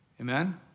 amen